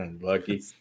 Lucky